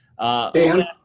Dan